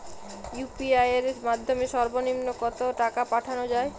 UPI এর মাধ্যমে সর্ব নিম্ন কত টাকা পাঠানো য়ায়?